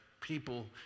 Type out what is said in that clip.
people